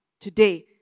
today